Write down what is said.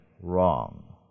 wrong